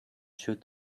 shoot